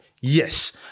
Yes